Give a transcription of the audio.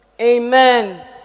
Amen